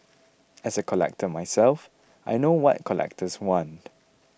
as a collector myself I know what collectors want